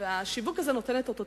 והשיווק הזה נותן את אותותיו.